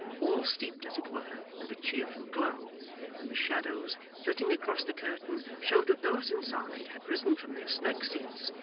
all steeped as it were in the cheerful glow when the shadows, flitting across the curtain, showed that those inside had risen from their snug seats,